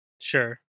sure